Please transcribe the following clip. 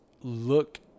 look